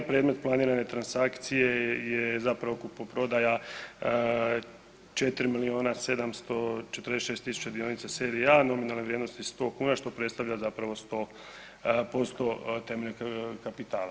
Predmet planirane transakcije je zapravo kupoprodaja 4 milijuna 746 tisuća dionica serije A nominalne vrijednosti 100 kuna što predstavlja zapravo 100% … kapitala.